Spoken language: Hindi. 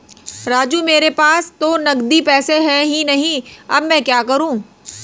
राजू मेरे पास तो नगदी पैसे है ही नहीं अब मैं क्या करूं